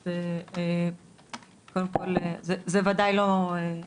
אז קודם כל זה וודאי לא,